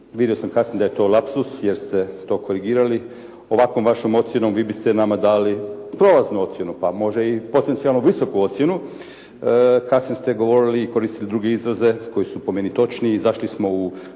Vidio sam kasnije da je to lapsus jer ste to korigirali. Ovakvom vašom ocjenom vi biste nama dali prolaznu ocjenu pa može i potencijalno visoku ocjenu. Kasnije ste govorili i koristili druge izraze koji su po meni točni i zašli smo u